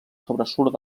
sobresurt